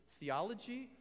theology